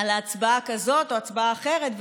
על הצבעה כזאת או הצבעה אחרת,